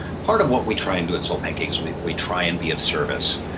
part of what we try and do at soulpancake is we we try and be of service.